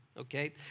okay